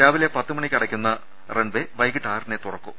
രാവിലെ പത്ത് മണിക്ക് അടയ്ക്കുന്ന റൺവെ വൈകീട്ട് ആറിനെ തുറക്കു